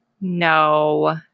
No